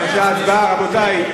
בבקשה, הצבעה, רבותי.